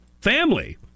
family